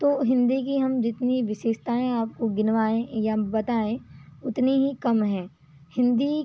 तो हिंदी की हम जितनी विशेषताएं आपको गिनवाएं या बताएं उतनी ही कम हैं हिंदी